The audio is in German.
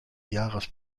jahres